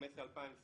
2015-2021